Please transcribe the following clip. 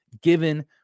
given